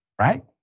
Right